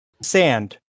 sand